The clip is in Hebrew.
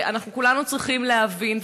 ואנחנו כולנו צריכים להבין,